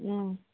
ꯎꯝ